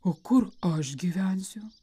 o kur aš gyvensiu